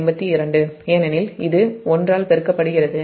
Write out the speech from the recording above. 252 ஏனெனில் இது 1 ஆல் பெருக்கப் படுகிறது